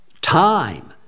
time